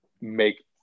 make